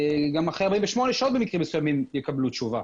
אחרי 48 שעות במקרים מסוימים יקבלו תשובה.